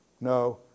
No